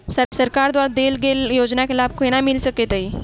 सरकार द्वारा देल गेल योजना केँ लाभ केना मिल सकेंत अई?